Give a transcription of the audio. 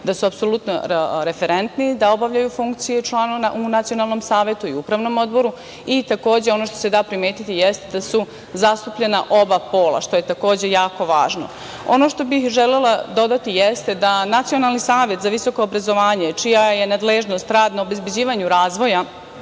da su apsolutno referentni da obavljaju funkciju članova u Nacionalnom savetu i u UO. Takođe, ono što se da primetiti jeste da su zastupljena oba pola, što je jako važno. Ono što bih želela dodati, jeste da Nacionalni savet za visoko obrazovanje, čija je nadležnost radno obezbeđivanju razvoja